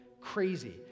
crazy